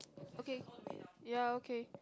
okay ya okay